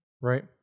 right